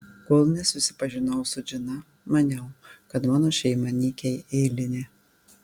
kol nesusipažinau su džina maniau kad mano šeima nykiai eilinė